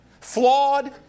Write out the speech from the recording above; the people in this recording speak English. Flawed